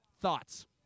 Thoughts